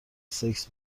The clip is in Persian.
سکس